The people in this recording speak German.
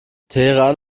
teheran